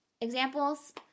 examples